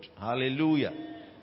Hallelujah